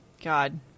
god